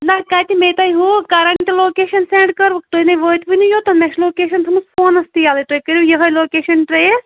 نہ کَتہِ میےٚ تۄہہِ ہُہ کَرنٛٹ لوکیشن سیٚنٛڈ کٔروٕ تُہۍ نے وٲتوٕے نہ یوٚتن مےٚ چھِ لوکیشن تھٲمٕژ فونس تہِ یَلے تُہۍ کٔرِو یِِہَے لوکیشن ٹرٛیس